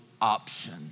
option